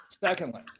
Secondly